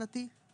שנתי?